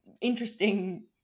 interesting